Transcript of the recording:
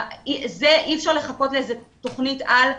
אי אפשר לחכות לאיזו תכנית על,